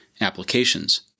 applications